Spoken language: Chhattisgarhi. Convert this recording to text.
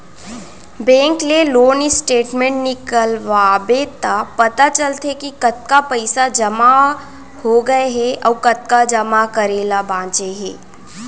बेंक ले लोन स्टेटमेंट निकलवाबे त पता चलथे के कतका पइसा जमा हो गए हे अउ कतका जमा करे ल बांचे हे